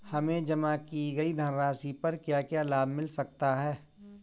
हमें जमा की गई धनराशि पर क्या क्या लाभ मिल सकता है?